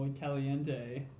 caliente